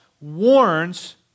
warns